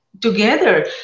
together